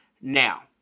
Now